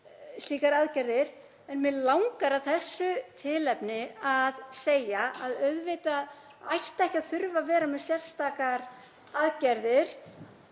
en mig langar af þessu tilefni að segja að auðvitað ætti ekki að þurfa að vera með sérstakar aðgerðir